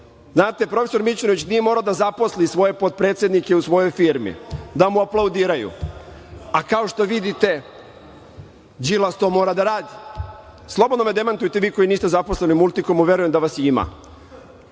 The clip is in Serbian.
profesor Mićunović nije morao da zaposli svoje potpredsednike u svojoj firmi, da mu aplaudiraju, a kao što vidite Đilas to mora da radi. Slobodno me demantujte vi koji niste zaposleni u Multikomu, verujem da vas ima,